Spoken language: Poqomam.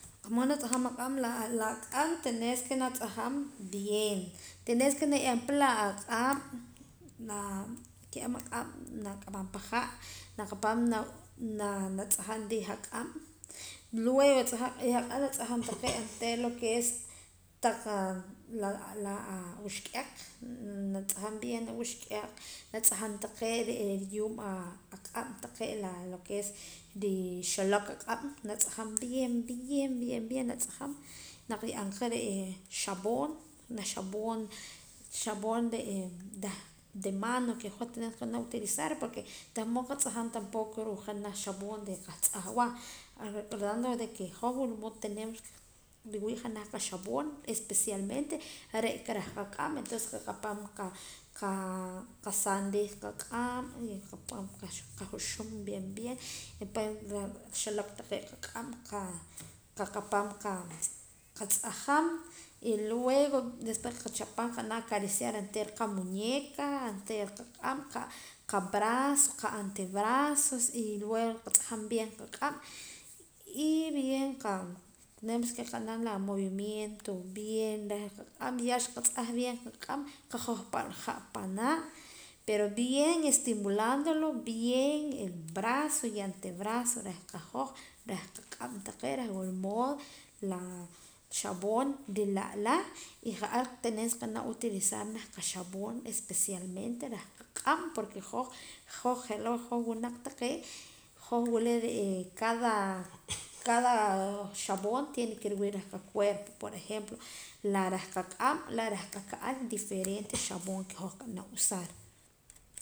Wula mood natz'ajaam la aq'aab' tenes que na tz'ajaam bien tenes que na ye'eem pa la aq'aab' la ka'ab' aq'aab' na k'amaampa ha' naqapaam na tz'ajaam riij aq'aab' luego natza'jaam oontera lo que es taq a la uxk'aq natz'ajaam bien awuxk'aq na tz'ajaam taqee' reh riyuub' aq'aab' taqee' lo que es riuxk'aq' riloq' aq'aab' bien bien natz'ajaam na ye'eem qa xapoon junaj xapoon reh mano que hoj tenemos que utilizar porque tah mood qatz'ajaam re' aka ruu' junaj xapoon reh qahtz'ajwaa recordando que hoj wula mood tenemos riwii' junaj qaxapoon especialmente re' aka reh qaq'aab' qasaam riij qaq'aab' y qaqapaam qajuxuum bien bien chi xe'leek qaq'aab' qaqapaam qatz'ajaam y luego despues qachapaam acariar oontera qamuñeca oontera qaq'aab' qabrazo qatebrazo y luego qatz'ajaam bien qaq'aab' y bien tenemos que qanaam la movimiento bien ya xqatz'aj bien qaq'aab' qa hojpaam ha' panaa pero bien estimulandolo bien brazo y antebrazo reh qahoj reh qaq'aab' taqee' reh wula mood la xapoon ri'laa la y tenes que tirisaam janaj xapoon especialmente reh qaq'aab' porque hoj je' loo' winaq taqee' wila cada xapoon tiene que riwii' reh qacuerpo por ejemplo la reh qaq'aab' la reh qaka'al diferente xapoon que hoj qab'an usar.